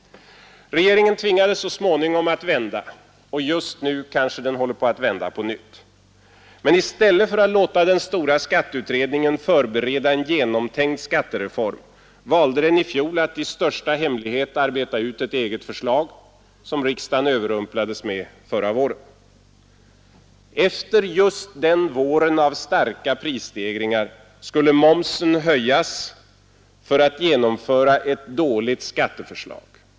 Regeringen tvingades så småningom att vända om, och just nu kanske den håller på att vända på nytt. Men i stället för att låta den stora skatteutredningen förbereda en genomtänkt skattereform valde den i fjol att i största hemlighet arbeta ut ett eget förslag, som riksdagen överrumplades med förra våren. Efter just den våren med starka prisstegringar skulle momsen höjas för att regeringen skulle kunna genomföra ett dåligt skatteförslag.